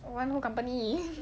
company